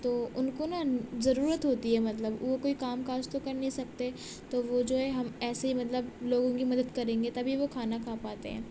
تو ان کو نا ضرورت ہوتی ہے مطلب وہ کوئی کام کاج تو کر نہیں سکتے تو وہ جو ہے ہم ایسے ہی مطلب لوگوں کی مدد کریں گے تبھی وہ کھانا کھا پاتے ہیں